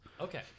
Okay